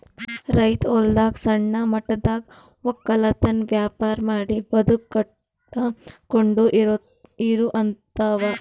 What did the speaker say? ರೈತ್ ಹೊಲದಾಗ್ ಸಣ್ಣ ಮಟ್ಟದಾಗ್ ವಕ್ಕಲತನ್ ವ್ಯಾಪಾರ್ ಮಾಡಿ ಬದುಕ್ ಕಟ್ಟಕೊಂಡು ಇರೋಹಂತಾವ